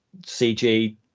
CG